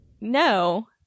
no